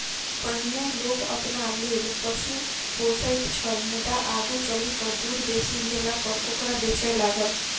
पहिनै लोक अपना लेल पशु पोसैत छल मुदा आगू चलि क दूध बेसी भेलापर ओकरा बेचय लागल